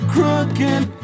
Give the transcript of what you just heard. Crooked